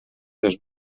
dos